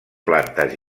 plantes